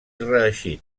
reeixit